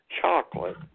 chocolate